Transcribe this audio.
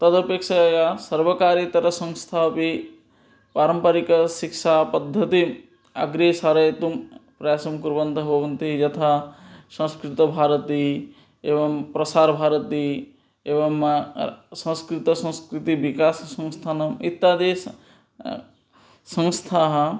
तदपेक्षयया सर्वकार्येतरंसंस्था अपि पारम्परिकशिक्षापद्धतिम् अग्रे सारयितुं प्रयासं कुर्वन्तः भवन्ति यथा संस्कृतभारती एवं प्रसारभारती एवं संस्कृतसंस्कृतिविकाससंस्थानम् इत्यादिस् संस्थाः